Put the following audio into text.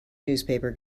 newspaper